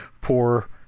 poor